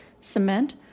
cement